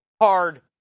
hard